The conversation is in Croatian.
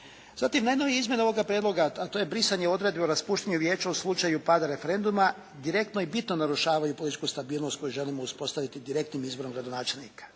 Zatim, najnovije izmjene ovoga prijedloga a to je brisanje odredbe o raspuštanju vijeća u slučaju pada referenduma, direktno i bitno narušavaju političku stabilnost koju želimo uspostaviti direktnim izborom gradonačelnika.